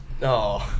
No